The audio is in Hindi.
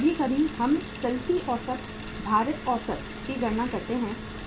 कभी कभी हम चलती औसत भारित औसत की गणना करते हैं